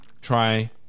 try